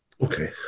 okay